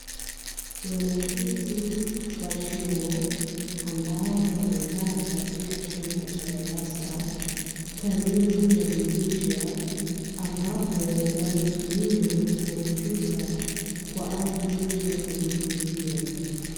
Wanafunzi wa chuo ambao wamekaa katika chumba cha darasa karibu na dirisha ambapo, wanatumia kompyuta kwaajili ya kujifunzia.